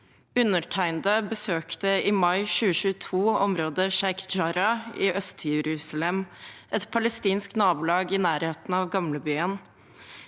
Undertegnede besøkte i mai 2022 området Sheikh Jarrah i Øst-Jerusalem, et palestinsk nabolag i nærheten av Gamlebyen.